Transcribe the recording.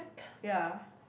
ya